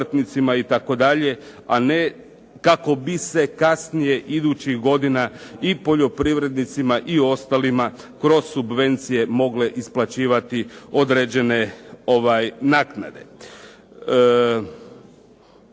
a ne kako bi se kasnije, idućih godina i poljoprivrednicima i ostalima kroz subvencije mogle isplaćivati određene naknade.